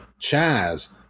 Chaz